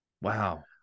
Wow